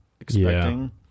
expecting